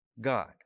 god